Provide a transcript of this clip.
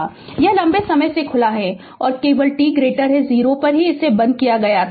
यह लंबे समय से खुला है और केवल t 0 पर ही इसे बंद किया गया था